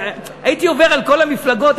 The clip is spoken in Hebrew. הייתי עובר על כל המפלגות.